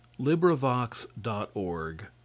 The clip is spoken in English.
LibriVox.org